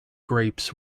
grapes